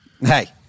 Hey